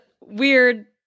weird